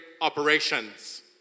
operations